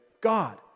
God